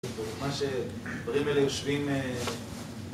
מה ש... הדברים האלה יושבים...